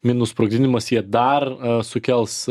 minų sprogdinimas jie dar sukels